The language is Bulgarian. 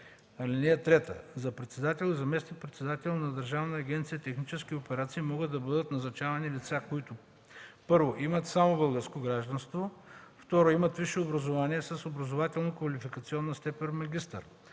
(3) За председател и заместник-председатели на Държавна агенция „Технически операции” могат да бъдат назначавани лица, които: 1. имат само българско гражданство; 2. имат висше образование с образователно-квалификационна степен „магистър”;